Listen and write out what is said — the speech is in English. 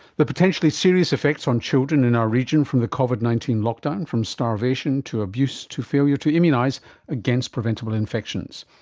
the potentially serious effects on children in our region from the covid nineteen lockdown, from starvation, to abuse, to failure to immunise against preventable infections.